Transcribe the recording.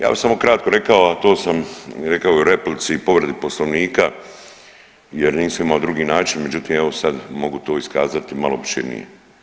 Ja bih samo kratko rekao, a to sam rekao i u replici i povredi Poslovnika jer nisam imao drugi način, međutim, evo sad mogu to iskazati malo opširnije.